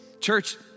Church